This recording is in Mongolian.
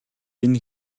гэнэ